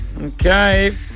Okay